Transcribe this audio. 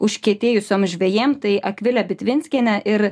užkietėjusiom žvejėm tai akvilė bitvinskienė ir